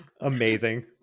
amazing